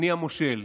אני המושל.